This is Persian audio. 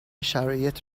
شرایط